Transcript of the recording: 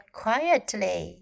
quietly